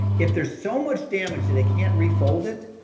if there's so much damage that it can't refold it,